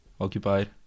occupied